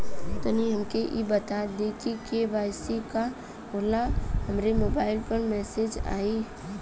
तनि हमके इ बता दीं की के.वाइ.सी का होला हमरे मोबाइल पर मैसेज आई?